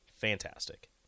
fantastic